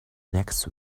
next